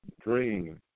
dream